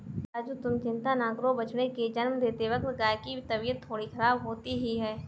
राजू तुम चिंता ना करो बछड़े को जन्म देते वक्त गाय की तबीयत थोड़ी खराब होती ही है